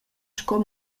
sco